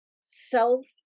Self